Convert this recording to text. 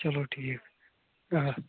چلو ٹھیٖک آ